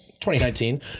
2019